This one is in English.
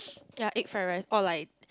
ya egg fried rice or like